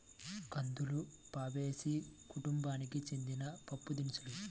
కందులు ఫాబేసి కుటుంబానికి చెందిన పప్పుదినుసు